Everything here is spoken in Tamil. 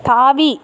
தாவி